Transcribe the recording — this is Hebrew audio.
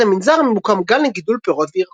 ליד המנזר ממוקם גן לגידול פירות וירקות.